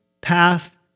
path